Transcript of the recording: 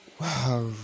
Wow